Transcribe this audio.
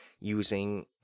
using